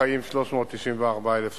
שבה חיים 394,000 תושבים.